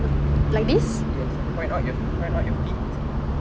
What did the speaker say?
yes point out your fe~ point out your feet